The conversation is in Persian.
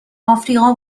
آفریقا